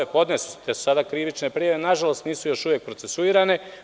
Podnete su sada krivične prijave, nažalost nisu još uvek procesuirane.